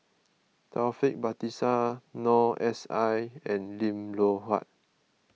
Taufik Batisah Noor S I and Lim Loh Huat